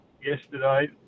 yesterday